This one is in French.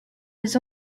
les